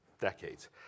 decades